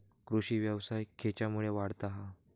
कृषीव्यवसाय खेच्यामुळे वाढता हा?